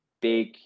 big